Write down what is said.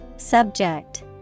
Subject